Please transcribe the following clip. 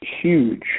huge